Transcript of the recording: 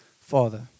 Father